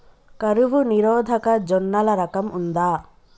కరువు నిరోధక జొన్నల రకం ఉందా?